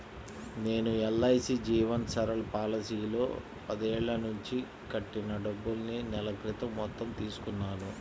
నేను ఎల్.ఐ.సీ జీవన్ సరల్ పాలసీలో పదేళ్ళ నుంచి కట్టిన డబ్బుల్ని నెల క్రితం మొత్తం తీసుకున్నాను